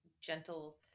gentle